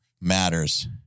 matters